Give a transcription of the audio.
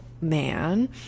man